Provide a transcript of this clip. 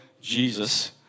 Jesus